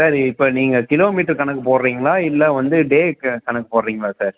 sir இப்போது நீங்கள் kilometre கணக்கு போடுகிறிங்களா இல்லை வந்து டேக்கு கணக்கு போடுகிறிங்களா சார்